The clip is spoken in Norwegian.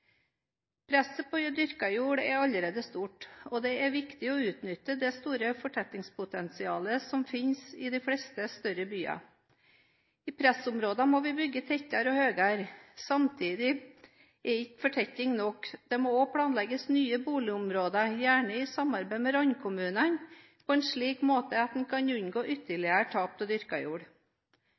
Presset på dyrket jord er allerede stort, og det er viktig å utnytte det store fortettingspotensialet som finnes i de fleste større byer. I pressområdene må vi bygge tettere og høyere. Samtidig er ikke fortetting nok, det må også planlegges nye boligområder – gjerne i samarbeid med randkommunene – på en slik måte at en kan unngå ytterligere tap av dyrket jord. Ikke alle kan bo midt i sentrum, og